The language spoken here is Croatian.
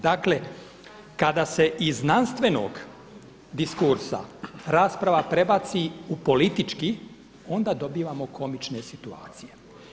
Dakle, kada se iz znanstvenog diskursa rasprava prebaci u politički onda dobivamo komične situacije.